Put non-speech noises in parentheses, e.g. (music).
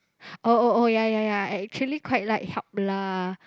(breath) oh oh oh ya ya ya I actually quite like help lah